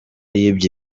yibye